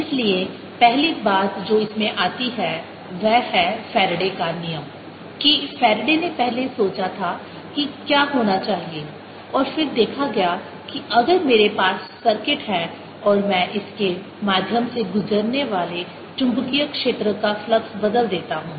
इसलिए पहली बात जो इसमें आती है वह है फैराडे का नियम Faraday's law कि फैराडे ने पहले सोचा था कि क्या होना चाहिए और फिर देखा गया कि अगर मेरे पास सर्किट है और मैं इसके माध्यम से गुजरने वाले चुंबकीय क्षेत्र का फ्लक्स बदल देता हूं